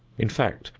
in fact,